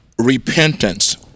repentance